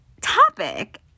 topic